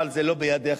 אבל זה לא בידיך.